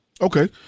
Okay